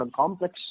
complex